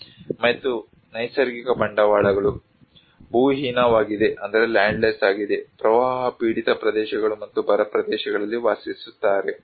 ಮತ್ತು ನೈಸರ್ಗಿಕ ಬಂಡವಾಳಗಳು ಭೂಹೀನವಾಗಿದೆ ಪ್ರವಾಹ ಪೀಡಿತ ಪ್ರದೇಶಗಳು ಮತ್ತು ಬರ ಪ್ರದೇಶಗಳಲ್ಲಿ ವಾಸಿಸುತ್ತಾರೆ